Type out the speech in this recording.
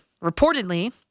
reportedly